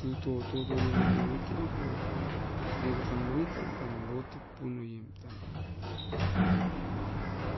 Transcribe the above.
Tuton tuton irom oit kerepoait mineko tan manit tuan tan botipuinem tan